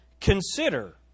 consider